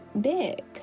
big